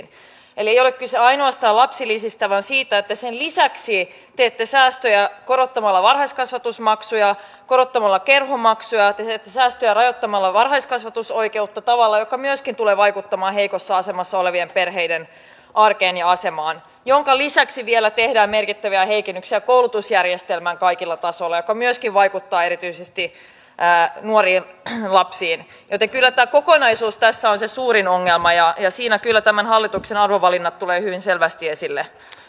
eli ei ole kyse ainoastaan lapsilisistä vaan siitä että sen lisäksi teette säästöjä korottamalla varhaiskasvatusmaksuja korottamalla kerhomaksuja te teette säästöjä rajoittamalla varhaiskasvatusoikeutta tavalla joka myöskin tulee vaikuttamaan heikossa asemassa olevien perheiden arkeen ja asemaan minkä lisäksi vielä tehdään merkittäviä heikennyksiä koulutusjärjestelmään kaikilla tasoilla mikä myöskin vaikuttaa erityisesti nuoriin lapsiin joten kyllä tämä kokonaisuus tässä on se suurin ongelma ja siinä kyllä tämän hallituksen arvovalinnat tulevat hyvin selvästi esille